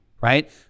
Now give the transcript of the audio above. right